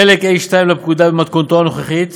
חלק ה'2 לפקודה במתכונתו הנוכחית,